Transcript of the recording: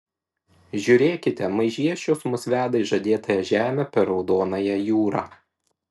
žiūrėkite maižiešius mus veda į žadėtąją žemę per raudonąją jūrą